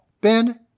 Ben